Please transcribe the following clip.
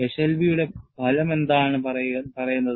Eshelby യുടെ ഫലം എന്താണ് പറയുന്നത്